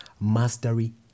mastery